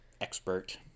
expert